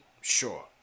Sure